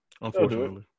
unfortunately